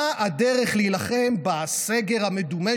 מה הדרך להילחם בסגר המדומה,